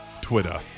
Twitter